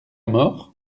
mort